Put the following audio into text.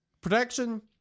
Protection